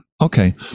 Okay